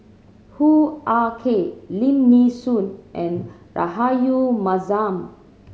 Hoo Ah Kay Lim Nee Soon and Rahayu Mahzam